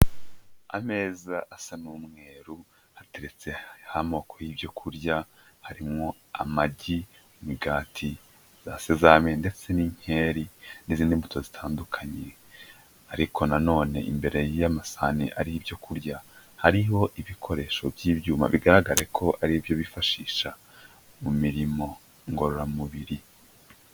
Ameza asa n'umweru hateretseho amoko y'ibyo kurya, harimo amagi, imigati, za sezame ndetse n'inkeri n'izindi mbuto zitandukanye. Ariko na none imbere y'amasahani hari ibyo kurya, hariho ibikoresho by'ibyuma bigaraga ko ari byo bifashisha mu mirimo ngororamubiri.